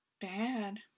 bad